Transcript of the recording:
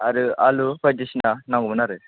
आरो आलु बायदिसिना नांगौमोन आरो